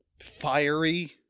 Fiery